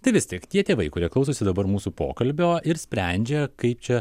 tai vis tik tie tėvai kurie klausosi dabar mūsų pokalbio ir sprendžia kaip čia